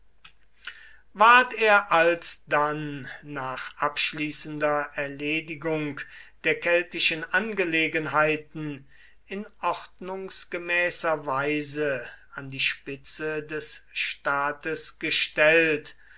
ward er alsdann nach abschließender erledigung der keltischen angelegenheiten in ordnungsgemäßer weise an die spitze des staates gestellt